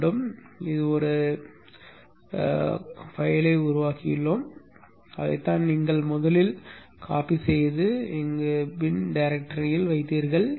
நாம் உருவாக்கியுள்ளோம் நாம் ஒரு ஸ்கிரிப்ட் கோப்பை உருவாக்கியுள்ளோம் அதைத்தான் நீங்கள் முதலில் நகலெடுத்து இங்கே பின் டிரேக்டரி ல் வைத்தீர்கள்